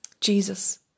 Jesus